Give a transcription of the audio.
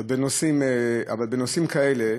אבל בנושאים כאלה,